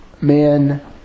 man